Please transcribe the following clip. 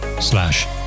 slash